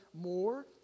more